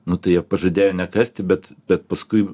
nu tai jie pažadėjo nekasti bet bet paskui